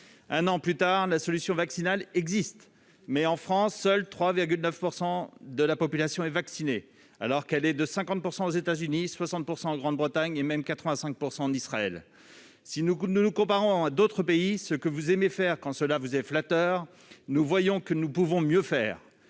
Un an plus tard, la solution vaccinale existe, mais, en France, seulement 3,9 % population est vaccinée contre 50 % aux États-Unis, 60 % en Grande-Bretagne, et même 85 % en Israël. Si nous nous comparons à d'autres pays, ce que vous aimez faire quand cela vous est flatteur, nous voyons donc que nous pouvons mieux faire.